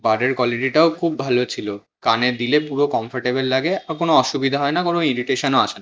বাডের কোয়ালিটিটাও খুব ভালো ছিলো কানে দিলে পুরো কম্ফর্টেবল লাগে আর কোনো অসুবিধা হয় না কোনো ইরিটেশানও আসে না